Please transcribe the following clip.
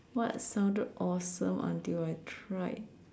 what sounded awesome until I tried